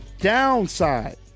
downside